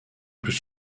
plus